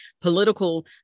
political